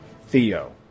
Theo